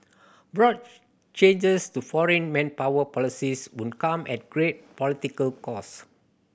broad changes to foreign manpower policies would come at great political cost